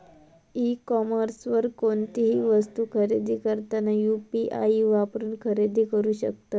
E कॉमर्सवर कोणतीही वस्तू खरेदी करताना यू.पी.आई वापरून खरेदी करू शकतत